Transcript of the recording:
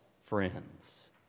friends